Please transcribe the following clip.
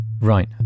Right